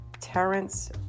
Terrence